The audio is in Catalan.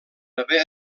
haver